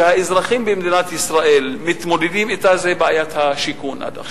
שהאזרחים במדינת ישראל מתמודדים אתה עד עכשיו,